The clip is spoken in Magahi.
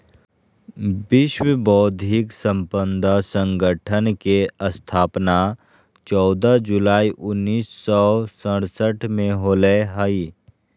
विश्व बौद्धिक संपदा संगठन के स्थापना चौदह जुलाई उननिस सो सरसठ में होलय हइ